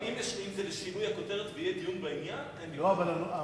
אם זה לשינוי הכותרת ויהיה דיון בעניין, אין בעיה.